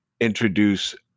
introduce